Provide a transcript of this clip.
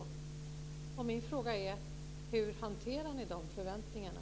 Min fråga är: Hur hanterar ni de förväntningarna?